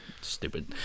stupid